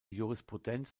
jurisprudenz